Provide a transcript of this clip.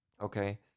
Okay